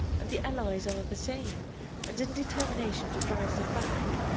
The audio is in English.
and the allies are the same and in determination to drive them back,